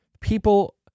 people